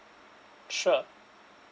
sure